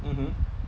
mmhmm